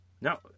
No